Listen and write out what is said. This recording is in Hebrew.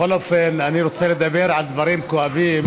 בכל אופן, אני רוצה לדבר על דברים כואבים.